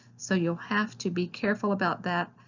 so you'll have to be careful about that.